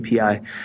API